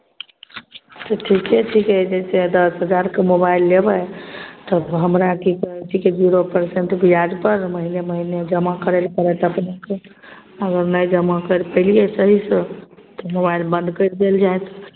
तऽ ठीके छिकै जे दस हजारके मोबाइल लेबै तऽ हमरा की कहै छै जीरो परसेन्ट ब्याजपर महीने महीने जमा करै लेल पड़त अपनेके आओर नही जमा करि पैलियै सहीसँ तऽ मोबाइल बन्द करि देल जायत